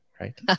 right